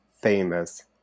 famous